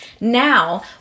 Now